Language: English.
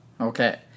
Okay